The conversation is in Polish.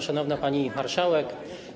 Szanowna Pani Marszałek!